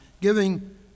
giving